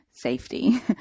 safety